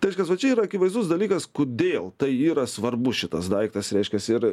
tai aškias va čia yra akivaizdus dalykas kodėl tai yra svarbus šitas daiktas reiškias ir